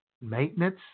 maintenance